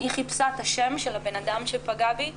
היא חיפשה את השם של הבנאדם שפגע בי בגוגל,